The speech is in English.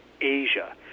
Asia